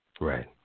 Right